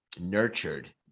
nurtured